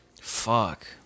fuck